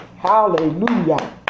Hallelujah